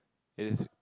it is